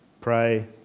pray